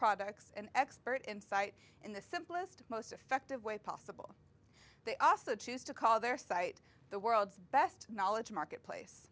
products and expert insight in the simplest most effective way possible they also choose to call their site the world's best knowledge marketplace